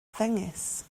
ddengys